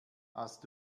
hast